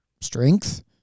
Strength